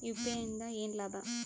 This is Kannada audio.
ಯು.ಪಿ.ಐ ಇಂದ ಏನ್ ಲಾಭ?